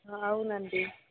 అవునండి